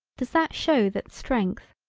does that show that strength,